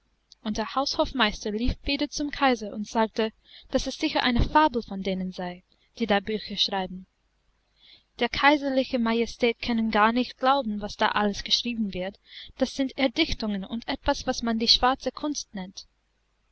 und der haushofmeister lief wieder zum kaiser und sagte daß es sicher eine fabel von denen sei die da bücher schreiben dero kaiserliche majestät können gar nicht glauben was da alles geschrieben wird das sind erdichtungen und etwas was man die schwarze kunst nennt